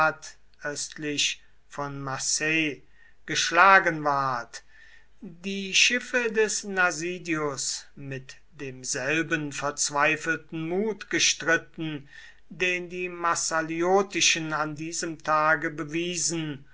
von marseille geschlagen ward die schiffe des nasidius mit demselben verzweifelten mut gestritten den die massaliotischen an diesem tage bewiesen